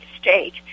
state